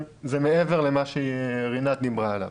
זה מעבר למה שרינת דיברה עליו.